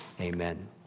amen